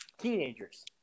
teenagers